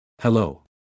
Hello